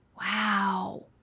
Wow